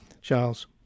Charles